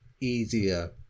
easier